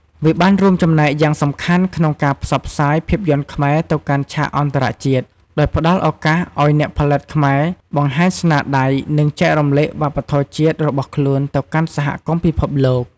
វាបានរួមចំណែកយ៉ាងសំខាន់ក្នុងការផ្សព្វផ្សាយភាពយន្តខ្មែរទៅកាន់ឆាកអន្តរជាតិ ដោយផ្តល់ឱកាសឲ្យអ្នកផលិតខ្មែរបង្ហាញស្នាដៃ និងចែករំលែកវប្បធម៌ជាតិរបស់ខ្លួនទៅកាន់សហគមន៍ពិភពលោក។